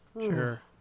Sure